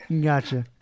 Gotcha